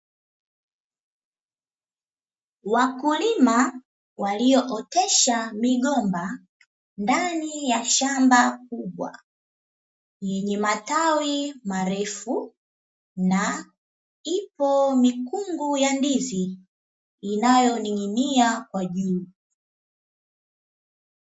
Wakulima waliootesha migomba ndani ya shamba kubwa, yenye matawi marefu na ipo mikungu ya ndizi inayoning’inia kwa juu.